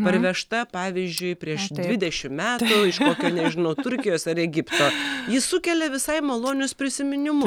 parvežta pavyzdžiui prieš dvidešimt metų iš kokio nežinau turkijos ar egipto ji sukelia visai malonius prisiminimu